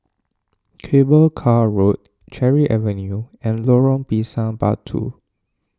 Cable Car Road Cherry Avenue and Lorong Pisang Batu